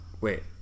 Wait